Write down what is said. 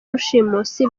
rushimusi